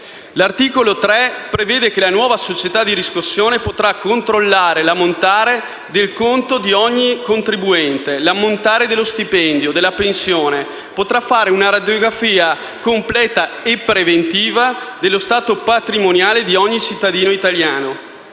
L'articolo 3 prevede che la nuova società di riscossione potrà controllare l'ammontare del conto di ogni contribuente, l'ammontare dello stipendio e della pensione; potrà fare una radiografia completa e preventiva dello stato patrimoniale di ogni cittadino italiano.